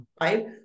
right